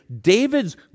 David's